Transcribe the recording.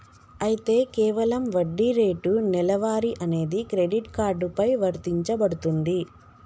అయితే కేవలం వడ్డీ రేటు నెలవారీ అనేది క్రెడిట్ కార్డు పై వర్తించబడుతుంది